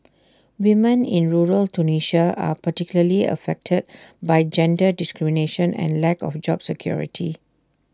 women in rural Tunisia are particularly affected by gender discrimination and lack of job security